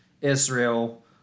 Israel